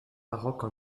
baroque